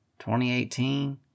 2018